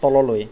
তললৈ